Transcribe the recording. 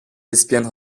lesbienne